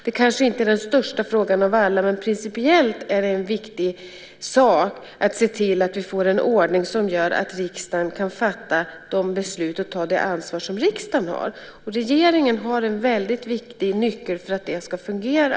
Det är kanske inte den största frågan av alla, men principiellt är det en viktig sak att se till att vi får en ordning som gör att riksdagen kan fatta de beslut och ta det ansvar som riksdagen har. Regeringen har en väldigt viktig nyckel till att det ska fungera.